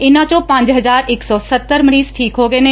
ਇਨੂਾਂ ਚੋਂ ਪੰਜ ਹਜਾਰ ਇਕ ਸੌਂ ਸੱਤਰ ਮਰੀਜ ਠੀਕੱ ਹੋ ਗਏ ਨੇ